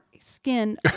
skin